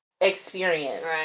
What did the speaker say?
experience